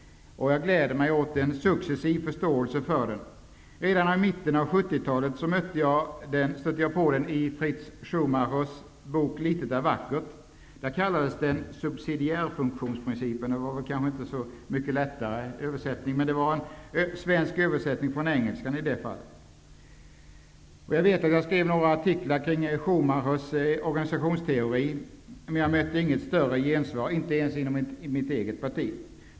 Jag gläder mig åt en successiv förståelse för den. Redan i mitten av 70-talet stötte jag på den i Fritz Schumachers bok Litet är vackert. Där kallades den i den svenska översättningen från engelska subsidiärfunktionsprincipen -- kanske inte så värst mycket lättare. Jag skrev några artiklar kring Schumachers organisationsteori, men jag mötte inget större gensvar, inte ens i mitt eget parti.